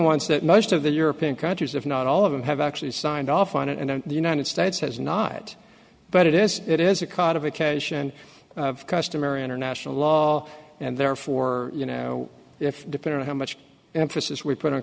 ones that most of the european countries if not all of them have actually signed off on it and the united states has not but it is it is a codification of customary international law and therefore you know if depending on how much emphasis we put on